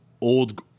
old